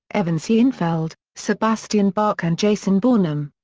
evan seinfeld, sebastian bach and jason bonham.